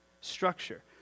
structure